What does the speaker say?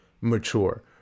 mature